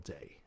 Day